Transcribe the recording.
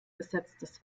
besetztes